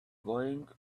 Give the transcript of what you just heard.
going